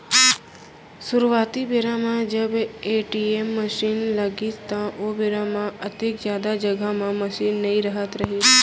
सुरूवाती बेरा म जब ए.टी.एम मसीन लगिस त ओ बेरा म ओतेक जादा जघा म मसीन नइ रहत रहिस